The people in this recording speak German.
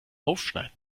aufschneiden